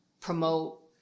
promote